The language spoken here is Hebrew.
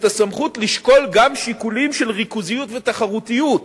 את הסמכות לשקול גם שיקולים של ריכוזיות ותחרותיות,